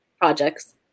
projects